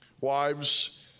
Wives